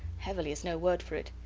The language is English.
heavily is no word for it.